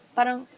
Parang